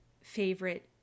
favorite